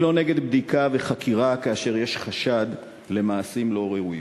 אני לא נגד בדיקה וחקירה כאשר יש חשד למעשים לא ראויים.